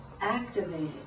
activated